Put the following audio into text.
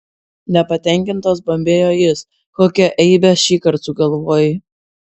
nepatenkintas bambėjo jis kokią eibę šįkart sugalvojai